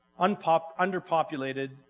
underpopulated